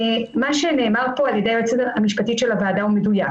מה שנאמר כאן על ידי היועצת המשפטית של הוועדה הוא מדויק.